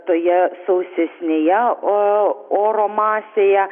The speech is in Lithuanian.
toje sausesnėje o oro masėje